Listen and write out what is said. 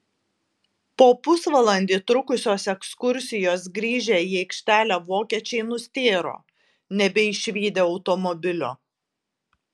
po pusvalandį trukusios ekskursijos grįžę į aikštelę vokiečiai nustėro nebeišvydę automobilio